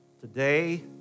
Today